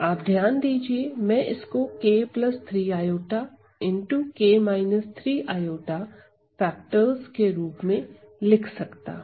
आप ध्यान दीजिए मैं इसको k3i फैक्टर्स के रूप में लिख सकता हूं